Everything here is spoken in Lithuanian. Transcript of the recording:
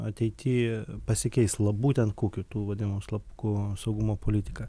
ateity pasikeis la būtent kukių tų vadinamų slapukų saugumo politika